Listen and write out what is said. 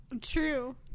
True